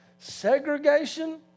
segregation